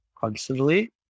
constantly